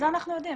זה אנחנו יודעים,